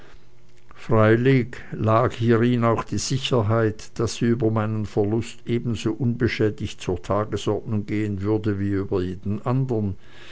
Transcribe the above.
freilich lag hierin auch die sicherheit daß sie über meinen verlust ebenso unbeschädigt zur tagesordnung gehen würde wie über jeden andern